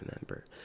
remember